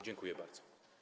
Dziękuję bardzo.